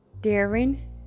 Daring